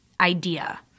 idea